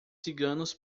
ciganos